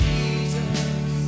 Jesus